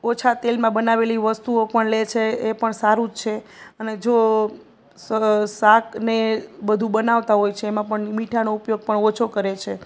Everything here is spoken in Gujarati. ઓછા તેલમાં બનાવેલી વસ્તુઓ પણ લે છે એ પણ સારું જ છે અને જો શાકને એ બધું બનાવતાં હોય છે એમાં પણ મીઠાનો ઉપયોગ પણ ઓછો કરે છે